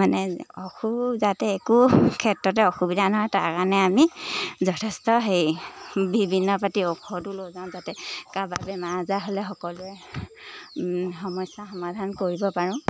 মানে যাতে একো ক্ষেত্ৰতে অসুবিধা নহয় তাৰ কাৰণে আমি যথেষ্ট হেৰি বিভিন্ন পাতি ঔষধো লৈ যাওঁ যাতে কাৰোবাৰ বেমাৰ আজাৰ হ'লে সকলোৱে সমস্যা সমাধান কৰিব পাৰোঁ